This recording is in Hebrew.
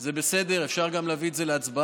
זה בסדר, אפשר גם להביא את זה להצבעה.